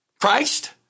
Christ